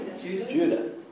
Judah